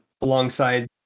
alongside